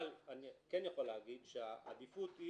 אבל אני כן יכול להגיד שהעדיפות היא